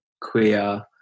queer